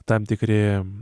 tam tikri